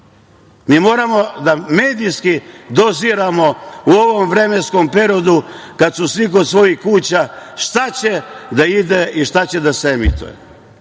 Mi moramo medijski doziramo u ovom vremenskom periodu kad su svi kod svojih kuća šta će da ide i šta će da se emituje. Vi